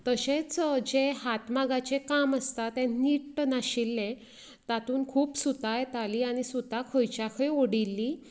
तशेंच जें हातमागाचें काम आसता तें नीट्ट नाशिल्लें तातूंत खूब सुतां येतालीं आनी सुतां खंयच्या खंय ओडिल्लीं